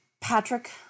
Patrick